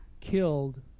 killed